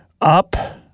Up